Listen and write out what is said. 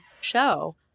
show